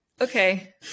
okay